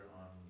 on